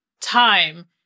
time